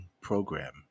program